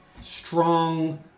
strong